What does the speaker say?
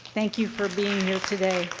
thank you for being here today.